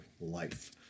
Life